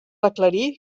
aclarir